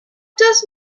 does